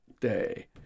day